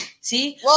See